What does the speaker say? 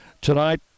tonight